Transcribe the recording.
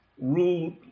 ruled